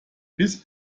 his